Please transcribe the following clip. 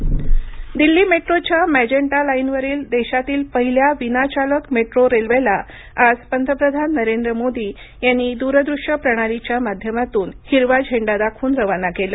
metro पंतप्रधान दिल्ली मेट्रोच्या magenta लाईनवरील देशातील पहिल्या विनाचालक मेट्रो रेल्वेला आज पंतप्रधान नरेंद्र मोदी यांनी दूरदृश्य प्रणालीच्या माध्यमातून हिरवा झेंडा दाखवून रवाना केलं